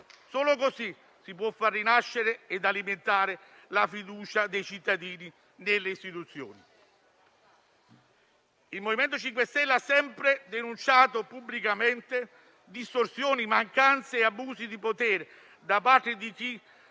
solo così si può far rinascere ed alimentare la fiducia dei cittadini nelle istituzioni. Il MoVimento 5 Stelle ha sempre denunciato pubblicamente distorsioni, mancanze e abusi di potere da parte di chi